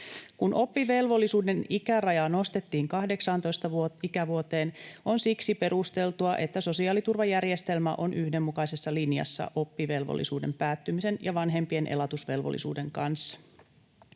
Oppivelvollisuuden ikärajaa nostettiin 18 ikävuoteen, ja on siksi perusteltua, että sosiaaliturvajärjestelmä on yhdenmukaisessa linjassa oppivelvollisuuden päättymisen ja vanhempien elatusvelvollisuuden kanssa.